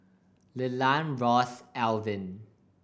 Leland Ross and Alvin